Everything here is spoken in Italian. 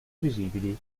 visibili